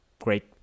great